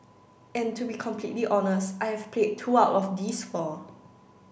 and to be completely honest I have played two out of these four